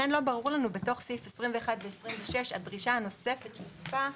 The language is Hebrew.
לכן לא ברורה לנו בסעיפים 21 ו-26 הדרישה הנוספת שהוספה,